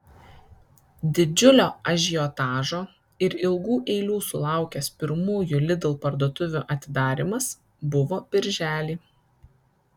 didžiulio ažiotažo ir ilgų eilių sulaukęs pirmųjų lidl parduotuvių atidarymas buvo birželį